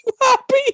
happy